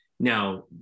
Now